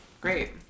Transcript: Great